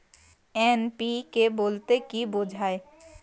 NPK বলতে কী বোঝায়?